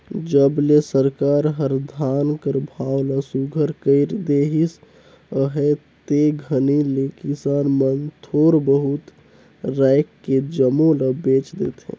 जब ले सरकार हर धान कर भाव ल सुग्घर कइर देहिस अहे ते घनी ले किसान मन थोर बहुत राएख के जम्मो ल बेच देथे